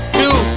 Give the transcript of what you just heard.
two